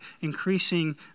increasing